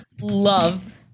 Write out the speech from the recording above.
love